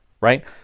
right